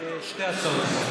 שתי הצעות חוק.